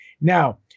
Now